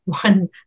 one